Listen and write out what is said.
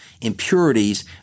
impurities